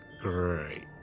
great